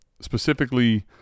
Specifically